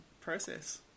process